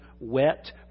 wet